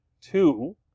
Two